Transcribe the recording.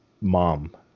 mom